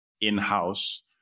in-house